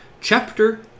Chapter